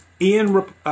ian